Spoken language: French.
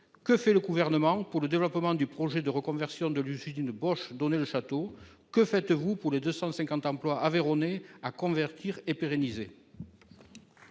que fait le Gouvernement pour le développement du projet de reconversion de l'usine Bosch d'Onet-le-Château ? Que faites-vous pour les 250 emplois aveyronnais à convertir et à pérenniser ?